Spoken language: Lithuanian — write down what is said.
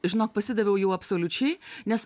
žinok pasidaviau jau absoliučiai nes